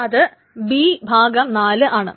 അത് ആണ്